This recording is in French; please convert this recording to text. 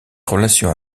relation